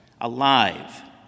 alive